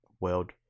world